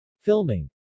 Filming